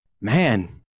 Man